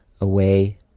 away